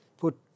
put